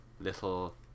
little